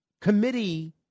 committee